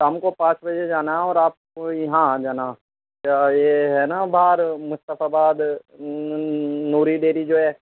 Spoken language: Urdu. شام کو پانچ بجے جانا ہے اور رات کو یہاں آ جانا یا یہ ہے نا باہر مصطفی آباد نوری ڈیری جو ہے